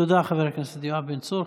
תודה, חבר הכנסת יואב בן צור.